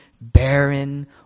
barren